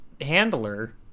handler